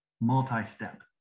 Multi-step